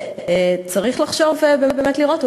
צריך באמת לראות,